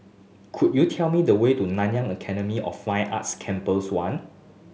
could you tell me the way to Nanyang Academy of Fine Arts Campus One